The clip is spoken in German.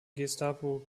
gestapo